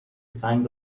سنگ